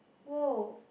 !woah!